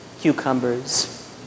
cucumbers